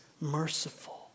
merciful